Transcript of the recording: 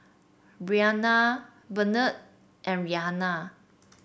Briana Benard and Rhianna